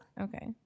Okay